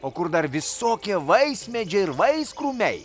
o kur dar visokie vaismedžiai ir vaiskrūmiai